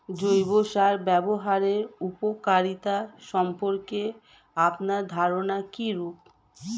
জৈব সার ব্যাবহারের উপকারিতা সম্পর্কে আপনার ধারনা কীরূপ?